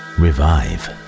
revive